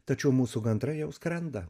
tačiau mūsų gandrai jau skrenda